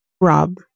Rob